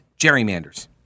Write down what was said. gerrymanders